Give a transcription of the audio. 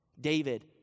David